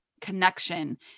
connection